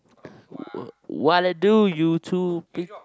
what what I do you two P